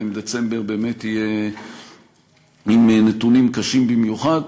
אם דצמבר באמת יהיה עם נתונים קשים במיוחד.